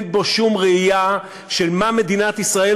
אין בו שום ראייה של מה מדינת ישראל